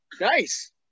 Nice